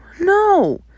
no